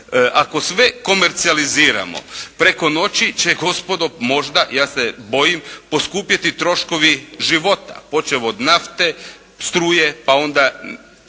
Ako sve komercijaliziramo preko noći će gospodo možda, ja se bojim poskupjeti troškovi života, počev od nafte, struje, pa onda